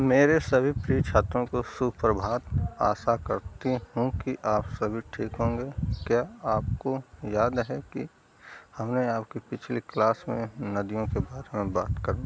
मेरे सभी प्रिय छात्रों को सुप्रभात आशा करती हूँ कि आप सभी ठीक होंगे क्या आपको याद है कि हमने आपकी पिछली क्लास में नदियों के बारे में बात करना